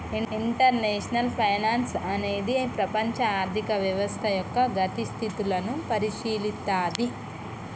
international finance అనేది ప్రపంచ ఆర్థిక వ్యవస్థ యొక్క గతి స్థితులను పరిశీలిత్తది